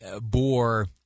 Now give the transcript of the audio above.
bore